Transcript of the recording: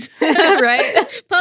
Right